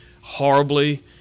horribly